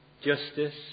justice